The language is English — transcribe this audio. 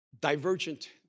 divergent